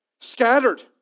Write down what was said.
Scattered